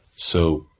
so,